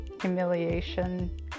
humiliation